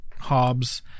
Hobbes